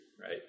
Right